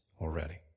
already